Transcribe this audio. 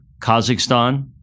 Kazakhstan